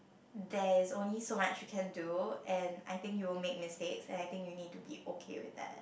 there is only so much you can do and I think you will make mistakes and I think you need to be okay with that